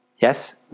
Yes